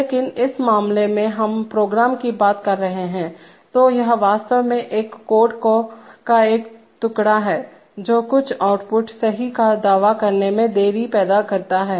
लेकिन इस मामले में हम प्रोग्राम की बात कर रहे हैं तो यह वास्तव में एक कोड का एक टुकड़ा है जो कुछ आउटपुट सही का दावा करने में देरी पैदा करता है